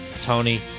Tony